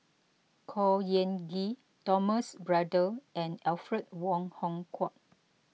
Khor Ean Ghee Thomas Braddell and Alfred Wong Hong Kwok